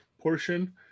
portion